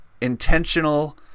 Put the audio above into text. intentional